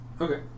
Okay